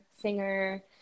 singer